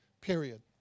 period